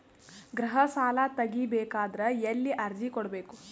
ಗೃಹ ಸಾಲಾ ತಗಿ ಬೇಕಾದರ ಎಲ್ಲಿ ಅರ್ಜಿ ಕೊಡಬೇಕು?